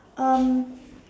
um